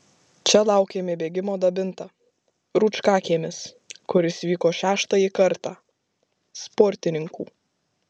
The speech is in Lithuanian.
čia laukėme bėgimo dabinta rūčkakiemis kuris vyko šeštąjį kartą sportininkų